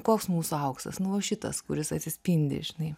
koks mūsų auksas nu va šitas kuris atsispindi žinai